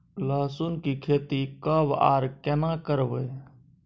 लहसुन की खेती कब आर केना करबै?